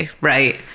right